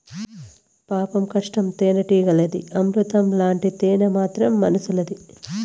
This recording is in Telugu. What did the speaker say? పాపం కష్టం తేనెటీగలది, అమృతం లాంటి తేనె మాత్రం మనుసులది